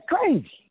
crazy